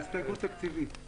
היא הסתייגות תקציבית.